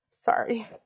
Sorry